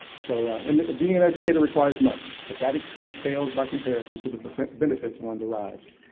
so um being an educator requires much, but that expense pales by comparison to the but benefits one derives.